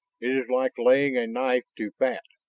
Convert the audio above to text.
it is like laying a knife to fat,